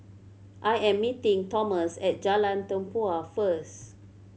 I am meeting Thomas at Jalan Tempua first